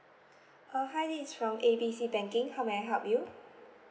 uh hi this is from A B C banking how may I help you